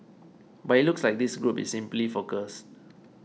but it looks like this group is simply confused